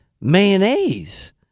mayonnaise